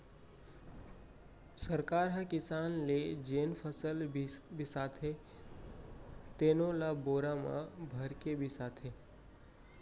सरकार ह किसान ले जेन फसल बिसाथे तेनो ल बोरा म भरके बिसाथे